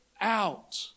out